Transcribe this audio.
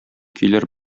көйләр